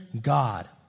God